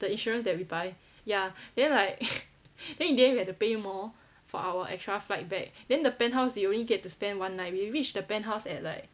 the insurance that we buy ya then like then in the end we had to pay more for our extra flight back then the penthouse we only get to spend one night we reached the penthouse at like